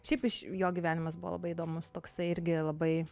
šiaip iš jo gyvenimas buvo labai įdomus toksai irgi labai